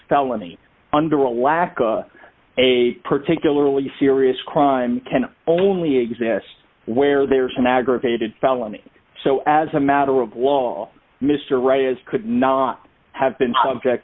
felony under a lack of a particularly serious crime can only exist where there is an aggravated felony so as a matter of wall mr right is could not have been subject